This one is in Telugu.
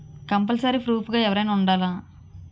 కంపల్సరీ ప్రూఫ్ గా ఎవరైనా ఉండాలా?